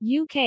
UK